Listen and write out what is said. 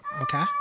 Okay